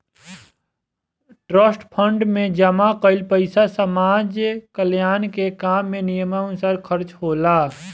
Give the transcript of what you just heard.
trust fund में जमा कईल पइसा समाज कल्याण के काम में नियमानुसार खर्चा होला